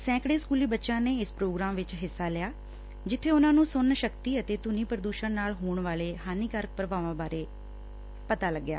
ਸੈਂਕੜੇ ਸਕੁਲੀ ਬੱਚਿਆਂ ਨੇ ਇਸ ਪ੍ਰੋਗਰਾਮ ਵਿਚ ਹਿੱਸਾ ਲਿਆ ਜਿੱਬੇ ਉਨੁਾਂ ਨੂੰ ਸੁਣਨ ਸ਼ਕਤੀ ਤੇ ਧੁਨੀ ਪ੍ਰਦੁਸ਼ਣ ਨਾਲ ਹੋਣ ਵਾਲੇ ਹਾਨੀਕਾਰਕ ਪ੍ਰਭਾਵਾਂ ਬਾਰੇ ਪਤਾ ਲੱਗਿਆ